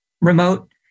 remote